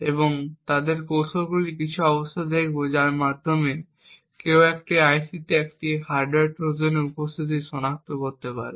এবং তাদের কৌশলগুলির কিছু অবস্থা দেখব যার মাধ্যমে কেউ একটি আইসিতে একটি হার্ডওয়্যার ট্রোজানের উপস্থিতি সনাক্ত করতে পারে